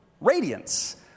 radiance